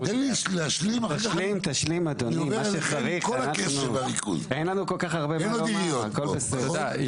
אין עוד עיריות פה, נכון?